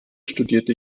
studierte